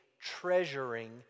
treasuring